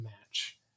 match